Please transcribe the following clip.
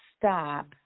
stop